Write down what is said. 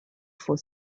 for